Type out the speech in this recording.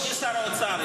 אדוני שר האוצר,